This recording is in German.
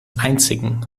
einzigen